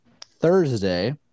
Thursday